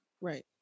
Right